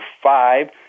five